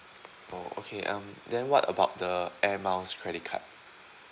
oh okay um then what about the Air Miles credit card